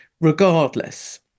Regardless